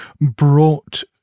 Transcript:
brought